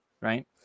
right